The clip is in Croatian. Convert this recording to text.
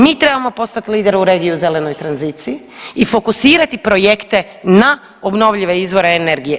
Mi trebamo postati lider u regiji u zelenoj tranziciji fokusirati projekte na obnovljive izvore energije.